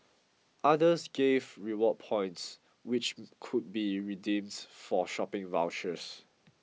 others gave rewards points which could be redeemed for shopping vouchers